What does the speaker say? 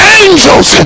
angels